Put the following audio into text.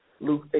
Luke